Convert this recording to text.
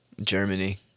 Germany